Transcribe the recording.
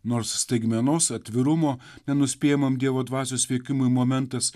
nors staigmenos atvirumo nenuspėjamam dievo dvasios veikimui momentas